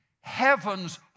Heaven's